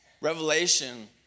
Revelation